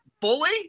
fully